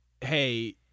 hey